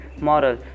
moral